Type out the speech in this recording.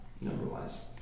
number-wise